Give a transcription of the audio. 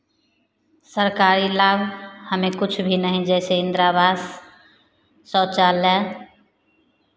सरकारी लाभ हमें कुछ भी नहीं जैसे इन्दिरावास शौचालय